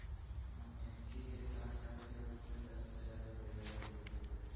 हम एम्की के साल कर के रूप में दस हज़ार रुपइया देलियइ